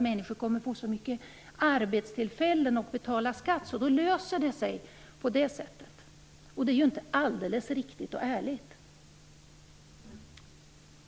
Människor kommer då att få så många arbetstillfällen och betalar skatt, så då löser det sig på det sättet. Detta är ju inte alldeles riktigt och ärligt.